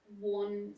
one